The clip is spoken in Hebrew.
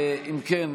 אם כן,